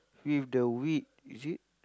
with the weed is it